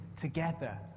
together